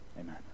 amen